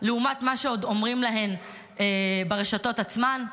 לעומת מה שעוד אומרים להן ברשתות עצמן.